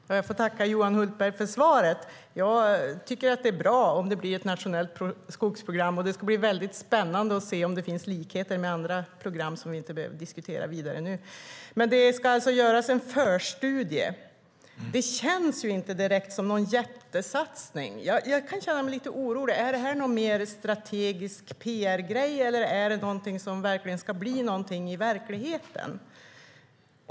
Herr talman! Jag tackar Johan Hultberg för svaret. Jag tycker att det är bra om det blir ett nationellt skogsprogram. Det ska bli mycket spännande att se om det finns likheter med andra program som vi inte behöver diskutera vidare nu. Det ska alltså göras en förstudie. Det känns inte direkt som någon jättesatsning. Jag kan känna mig lite orolig: Är det här mer en strategisk PR-grej, eller ska det bli någonting i verkligheten?